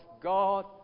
God